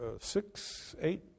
six-eight